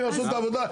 הם יעשו את העבודה.